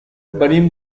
venim